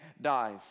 dies